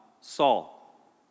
Saul